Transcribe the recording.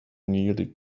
nearly